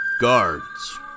guards